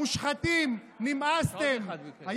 מושחתים, נמאסתם.